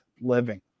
living